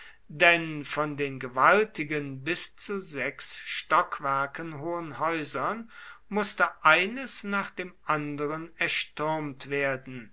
denn von den gewaltigen bis zu sechs stockwerken hohen häusern mußte eines nach dem andern erstürmt werden